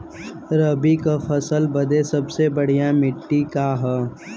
रबी क फसल बदे सबसे बढ़िया माटी का ह?